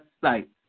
sight